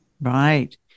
Right